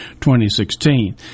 2016